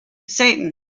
satan